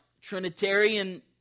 Trinitarian